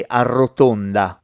arrotonda